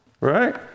right